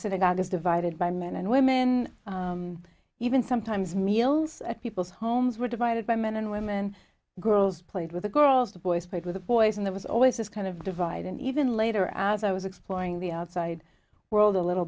synagogue is divided by men and women even sometimes meals at people's homes were divided by men and women girls played with the girls the boys played with the boys and there was always this kind of divide and even later as i was exploring the outside world a little